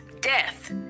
death